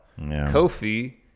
Kofi